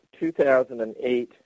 2008